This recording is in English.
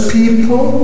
people